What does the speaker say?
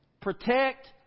protect